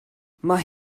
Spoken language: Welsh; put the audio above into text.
mae